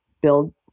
build